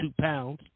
pounds